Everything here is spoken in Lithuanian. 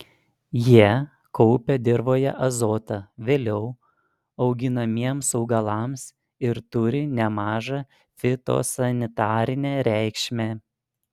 jie kaupia dirvoje azotą vėliau auginamiems augalams ir turi nemažą fitosanitarinę reikšmę